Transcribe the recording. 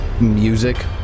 music